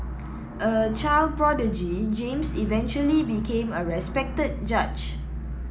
a child prodigy James eventually became a respected judge